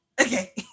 Okay